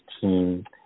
team